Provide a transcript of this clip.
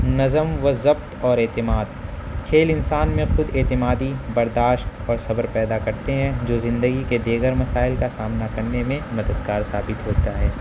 نظم و ضبط اور اعتماد کھیل انسان میں خود اعتمادی برداشت اور صبر پیدا کرتے ہیں جو زندگی کے دیگر مسائل کا سامنا کرنے میں مددگار ثابت ہوتا ہے